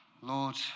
Lord